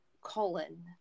colon